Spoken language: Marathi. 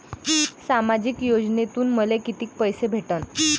सामाजिक योजनेतून मले कितीक पैसे भेटन?